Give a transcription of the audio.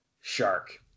Shark